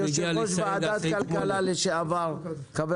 יו"ר ועדת הכלכלה לשעבר.